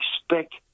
expect